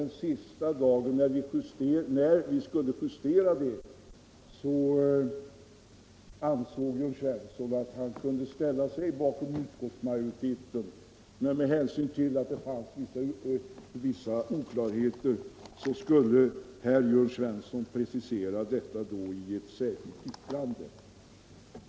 Den sista dagen, när vi skulle justera betänkandet, ansåg herr Jörn Svensson att han kunde ställa sig bakom utskottsmajoriteten, men det fanns vissa oklarheter som han ville precisera i ett särskilt yttrande.